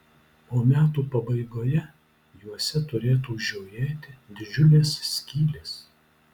o metų pabaigoje juose turėtų žiojėti didžiulės skylės